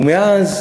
ומאז